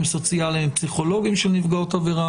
סוציאליים ופסיכולוגיים של נפגעות עבירה,